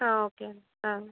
okay అండి